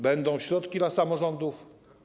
Będą środki dla samorządów.